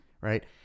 Right